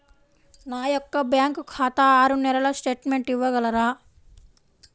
నా యొక్క బ్యాంకు ఖాతా ఆరు నెలల స్టేట్మెంట్ ఇవ్వగలరా?